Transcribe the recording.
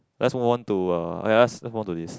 let's move on to uh let's move on to this